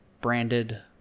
branded